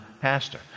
pastor